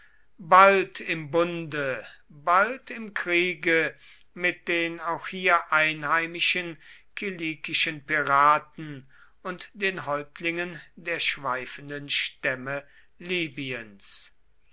bald im bunde bald im kriege mit den auch hier einheimischen kilikischen piraten und den häuptlingen der schweifenden stämme libyens